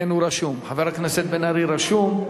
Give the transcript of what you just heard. כן, חבר הכנסת בן-ארי רשום.